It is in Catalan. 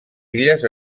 illes